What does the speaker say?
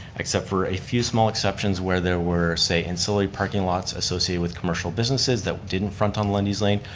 except for a few small exceptions where there were, say, insulated parking lots associated with commercial businesses that didn't front on lundy's lane,